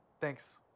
Thanks